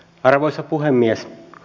arvoisa puhemies